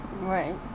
Right